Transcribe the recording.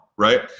Right